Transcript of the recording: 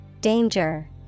Danger